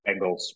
Bengals